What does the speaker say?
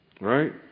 right